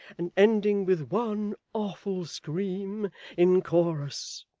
and ending with one awful scream in chorus